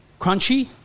crunchy